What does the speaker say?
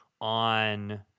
on